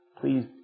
please